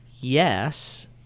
yes